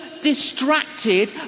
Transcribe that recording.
distracted